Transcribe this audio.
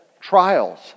trials